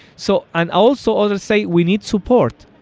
so and also others say, we need support.